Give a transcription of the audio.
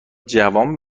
جوان